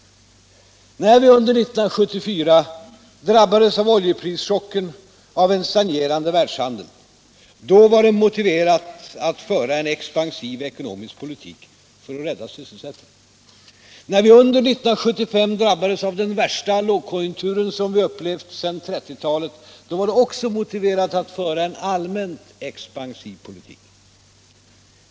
När vi under 1974 drabbades av oljeprischocken och av en stagnerande världshandel, då var det motiverat att föra en expansiv ekonomisk politik för att rädda sysselsättningen. När vi under 1975 drabbades av den värsta lågkonjunktur som vi upplevt sedan 1930-talet var det också motiverat att föra en allmänt expansiv politik.